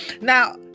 Now